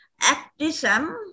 activism